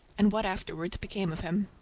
and what afterwards became of him.